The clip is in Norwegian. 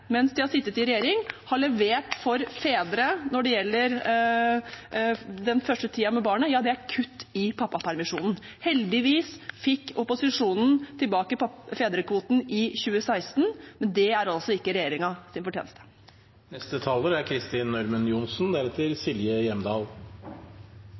mens de har sittet i regjering, har levert for fedre når det gjelder den første tiden med barnet, er kutt i pappapermisjonen. Heldigvis fikk opposisjonen tilbake fedrekvoten i 2016, men det er altså ikke regjeringens fortjeneste. Tredelingen av foreldrepermisjonen er